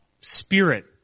spirit